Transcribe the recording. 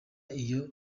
iyo